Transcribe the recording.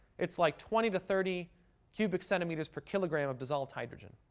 it's like twenty to thirty cubic centimeters per kilogram of dissolved hydrogen.